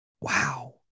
Wow